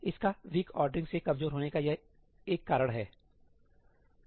इसका वीक औरडेरिंग से कमजोर होने का यह एक कारण है